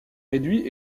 réduits